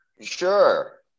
Sure